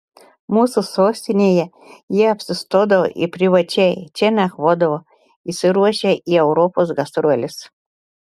mūsų sostinėje jie apsistodavo ir privačiai čia nakvodavo išsiruošę į europos gastroles